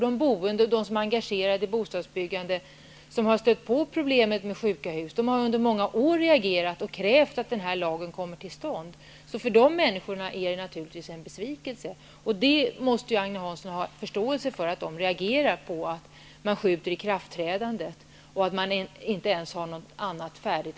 De boende och de som har engagerat sig i bostadsbyggandet och som har stött på problem med sjuka hus har under många år krävt att lagen kommer till stånd. Så för de människorna är naturligtvis ytterligare fördröjning en besvikelse, och Agne Hansson måste ha förståelse för att de reagerar mot att man skjuter på ikraftträdandet och man inte ens har något alternativ färdigt.